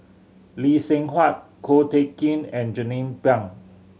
Lee Seng Huat Ko Teck Kin and Jernnine Pang